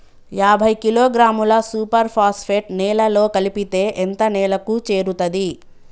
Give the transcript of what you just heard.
యాభై కిలోగ్రాముల superphosphate నేలలో కలిపితే ఎంత నేలకు చేరుతది?